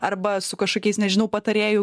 arba su kažkokiais nežinau patarėjų